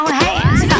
hands